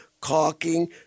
caulking